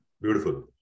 Beautiful